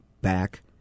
back